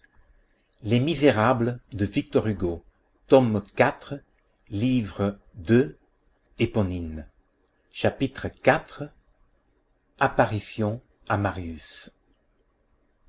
père mabeuf chapitre iv apparition à marius